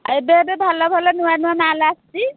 ଏବେ ଏବେ ଭଲ ଭଲ ନୂଆ ନୂଆ ମାଲ୍ ଆସିଛି